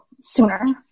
sooner